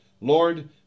Lord